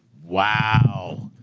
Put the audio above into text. wow,